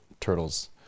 turtles